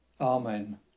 Amen